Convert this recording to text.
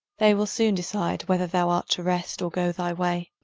they will soon decide whether thou art to rest or go thy way.